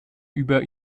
über